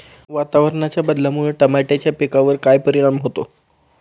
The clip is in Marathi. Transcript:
वातावरणाच्या बदलामुळे टमाट्याच्या पिकावर काय परिणाम होतो?